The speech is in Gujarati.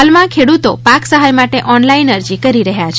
હાલમાં ખેડૂતો પાક સહાય માટે ઓનલાઈન અરજી કરી રહ્યા છે